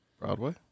Broadway